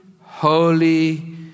holy